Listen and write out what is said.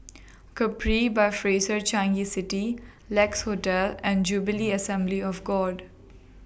Capri By Fraser Changi City Lex Hotel and Jubilee Assembly of God